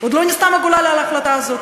עוד לא נסתם הגולל על ההחלטה הזאת.